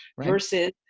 versus